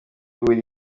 buri